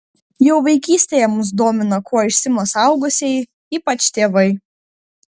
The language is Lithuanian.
jau vaikystėje mus domina kuo užsiima suaugusieji ypač tėvai